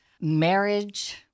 marriage